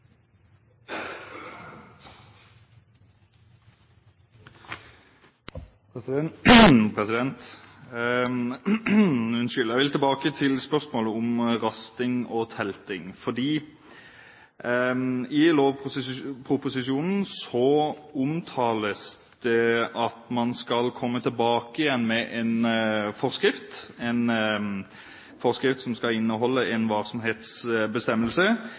komiteene for behandling. Jeg vil tilbake til spørsmålet om rasting og telting. I lovproposisjonen omtales det at man skal komme tilbake igjen med en forskrift som skal inneholde en varsomhetsbestemmelse.